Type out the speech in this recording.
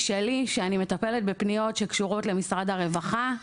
שלי שאני מטפלת בפניות שקשורות למשרד הרווחה,